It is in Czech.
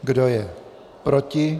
Kdo je proti?